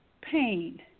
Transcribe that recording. pain